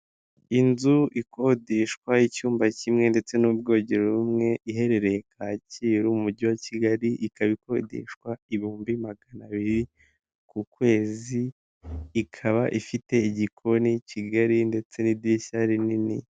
Inzu ikodeshwa icyumba kimwe ndetse n'ubwogero bumwe iherereye Kacyiru mujyi wa Kigali ika ikodeshwa ibihumbi magana abiri ku kwezi, ikaba ifite igikoni kigari ndetse n'idirishya rinini.